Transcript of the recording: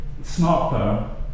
smartphone